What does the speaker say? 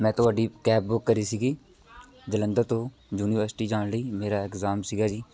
ਮੈਂ ਤੁਹਾਡੀ cab book ਕਰੀ ਸੀਗੀ ਜਲੰਧਰ ਤੋਂ ਯੂਨੀਵਰਸਿਟੀ ਜਾਣ ਲਈ ਮੇਰਾ ਐਗਜ਼ਾਮ ਸੀਗਾ ਜੀ